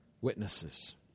witnesses